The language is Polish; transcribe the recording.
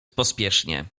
pospiesznie